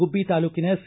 ಗುಬ್ಬಿ ತಾಲೂಕಿನ ಸಿ